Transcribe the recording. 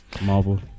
Marvel